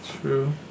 True